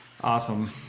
Awesome